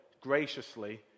graciously